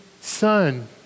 son